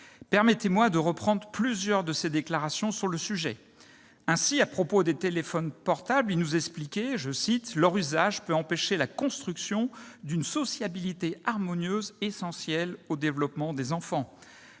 Permettez-moi de reprendre plusieurs de ses déclarations sur le sujet. Ainsi, à propos des téléphones portables, il nous expliquait que leur « usage peut empêcher la construction d'une sociabilité harmonieuse, essentielle au développement des enfants ».